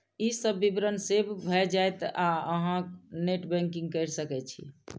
ई सब विवरण सेव भए जायत आ अहां नेट बैंकिंग कैर सकै छी